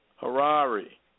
Harari